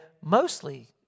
mostly